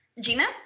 Gina